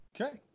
Okay